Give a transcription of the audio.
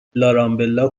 رامبلا